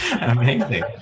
Amazing